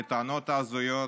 לטענות ההזויות,